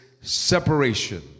separation